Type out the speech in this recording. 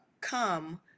come